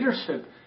leadership